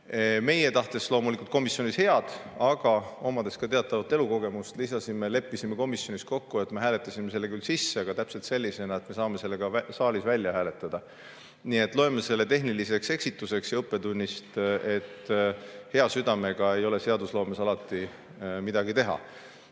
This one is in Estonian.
Meie, tahtes loomulikult komisjonis head, aga omades ka teatavat elukogemust, leppisime komisjonis kokku, et me hääletasime selle küll sisse, aga täpselt sellisena, et me saame selle saalis ka välja hääletada. Nii et loeme selle tehniliseks eksituseks ja õppetunniks, et hea südamega ei ole seadusloomes alati midagi teha